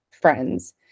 friends